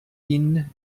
ihnen